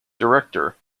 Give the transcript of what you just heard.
director